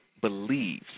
believes